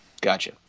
Gotcha